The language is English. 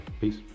Peace